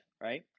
right